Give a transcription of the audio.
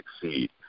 succeed